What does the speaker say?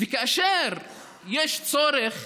וכאשר יש צורך,